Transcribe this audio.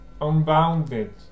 unbounded